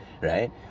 right